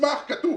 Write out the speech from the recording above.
מסמך כתוב.